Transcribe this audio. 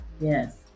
Yes